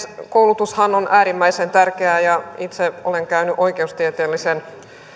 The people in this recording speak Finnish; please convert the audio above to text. koulutushan on äärimmäisen tärkeää itse olen käynyt oikeustieteellisen